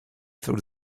through